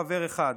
חבר אחד,